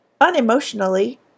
unemotionally